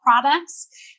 products